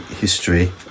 history